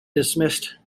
dismissed